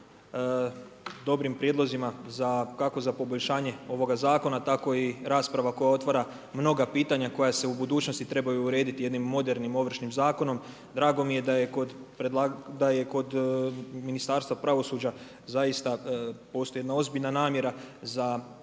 dobrim prijedlozima kako za poboljšanje ovoga zakona, tako i rasprava koja otvara mnoga pitanja koja se u budućnosti trebaju urediti jednim modernim Ovršnim zakonom. Drago mi je da je kod Ministarstva pravosuđa zaista postoji jedna ozbiljna namjera za